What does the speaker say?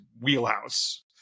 wheelhouse